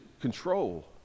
control